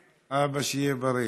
אבא, שיהיה בריא.